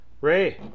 Ray